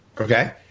Okay